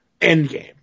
Endgame